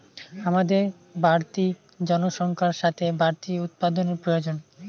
হামাদের বাড়তি জনসংখ্যার সাথে বাড়তি উৎপাদানের প্রয়োজন